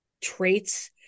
traits